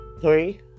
three